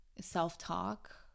self-talk